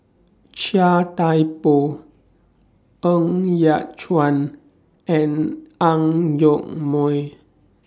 Chia Thye Poh Ng Yat Chuan and Ang Yoke Mooi